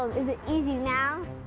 is it easy now!